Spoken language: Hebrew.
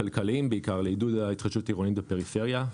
כלכליים בעיקר, לעידוד התחדשות עירונית בפריפריה.